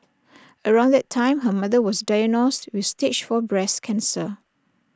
around that time her mother was diagnosed with stage four breast cancer